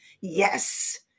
Yes